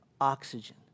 oxygen